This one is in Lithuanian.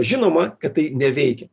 žinoma kad tai neveikia